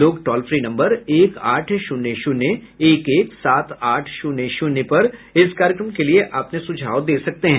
लोग toll free number एक आठ शून्य शून्य एक एक सात आठ शून्य शून्य पर इस कार्यक्रम के लिए अपने सुझाव दे सकते हैं